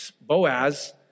Boaz